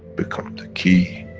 become the key,